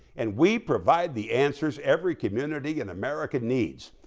and we provide the answers every community in america needs.